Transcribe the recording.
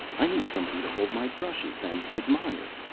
i need somebody to hold my brushes and admire.